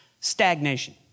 stagnation